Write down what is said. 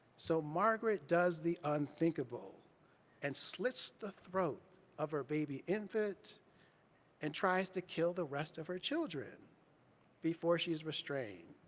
so margaret does the unthinkable and slits the throat of her baby infant and tries to kill the rest of her children before she is restrained.